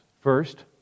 First